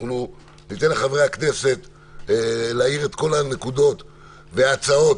ניתן לחברי הכנסת להאיר את כל הנקודות וההצעות